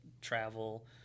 travel